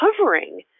covering